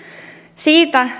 siitä